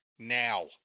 now